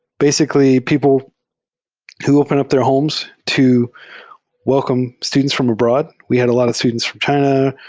basically, people who open up their homes to welcome students from abroad. we had a lot of students from china,